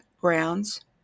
grounds